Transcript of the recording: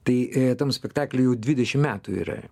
tai e tam spektakliui jau dvidešimt metų yra